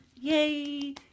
yay